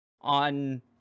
on